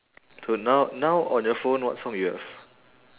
so now now on your phone what song you have